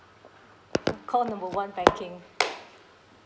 call number one banking